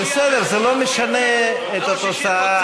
בסדר, זה לא משנה את התוצאה.